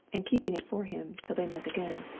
and keeping it for him till they met again.